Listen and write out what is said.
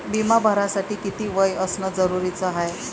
बिमा भरासाठी किती वय असनं जरुरीच हाय?